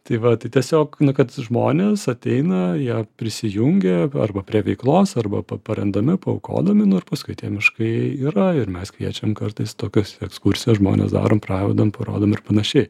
tai va tai tiesiog nu kad žmonės ateina jie prisijungia arba prie veiklos arba pa paremdami paaukodami nu ir paskui tie miškai yra ir mes kviečiam kartais tokios ekskursijas žmones darom pravedam parodom ir panašiai